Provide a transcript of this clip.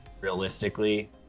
realistically